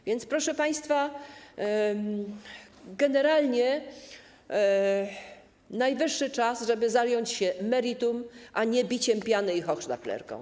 A więc, proszę państwa, generalnie najwyższy czas zająć się meritum, a nie biciem piany i hochsztaplerką.